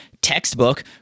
textbook